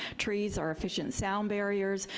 trees are efficient sound barriers.